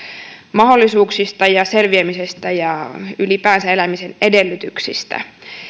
mahdollisuuksista ja selviämisestä ja ylipäänsä elämisen edellytyksistä